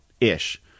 ish